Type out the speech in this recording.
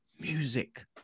Music